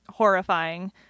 Horrifying